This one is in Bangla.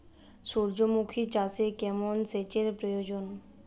সূর্যমুখি চাষে কেমন সেচের প্রয়োজন?